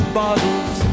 bottles